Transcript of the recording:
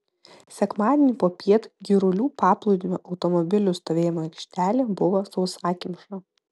sekmadienį popiet girulių paplūdimio automobilių stovėjimo aikštelė buvo sausakimša